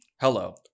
Hello